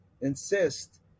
insist